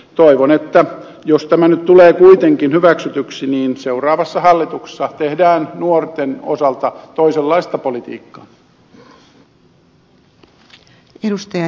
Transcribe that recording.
toivon että jos tämä nyt tulee kuitenkin hyväksytyksi niin seuraavassa hallituksessa tehdään nuorten osalta toisenlaista politiikkaa